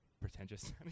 pretentious